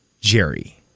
Jerry